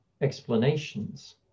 explanations